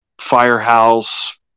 Firehouse